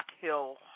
Hill